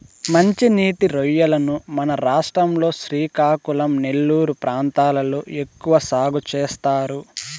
మంచి నీటి రొయ్యలను మన రాష్ట్రం లో శ్రీకాకుళం, నెల్లూరు ప్రాంతాలలో ఎక్కువ సాగు చేస్తారు